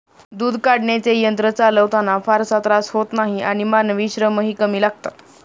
दूध काढण्याचे यंत्र चालवताना फारसा त्रास होत नाही आणि मानवी श्रमही कमी लागतात